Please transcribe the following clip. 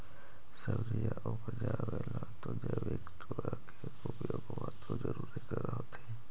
सब्जिया उपजाबे ला तो जैबिकबा के उपयोग्बा तो जरुरे कर होथिं?